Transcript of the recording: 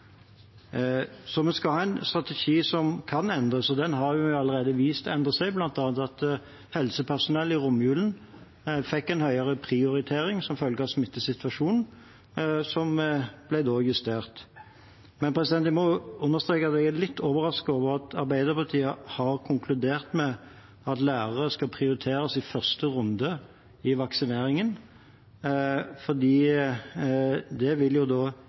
Vi skal ha en strategi som kan endres, og den har vi jo allerede vist endrer seg, bl.a. at helsepersonell i romjulen fikk en høyere prioritering som følge av smittesituasjonen – altså en justering. Jeg må understreke at jeg er litt overrasket over at Arbeiderpartiet har konkludert med at lærere skal prioriteres i første runde i vaksineringen, for det vil jo da